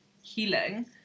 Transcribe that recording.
healing